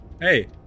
hey